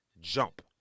jump